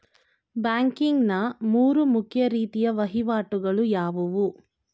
Banking ನ ಮೂರು ಮುಖ್ಯ ರೀತಿಯ ವಹಿವಾಟುಗಳು ಯಾವುವು?